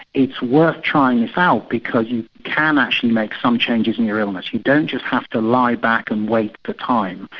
it's worth trying this out because you can actually make some changes in your illness you don't just have to lie back and wait for time,